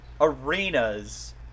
arenas